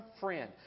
friend